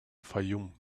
fayoum